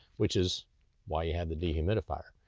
which is why you have the dehumidifier,